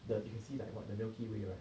that you can see like what the milky way ah